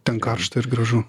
ten karšta ir gražu